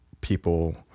people